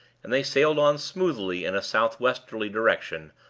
and they sailed on smoothly in a south-westerly direction,